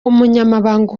umunyamabanga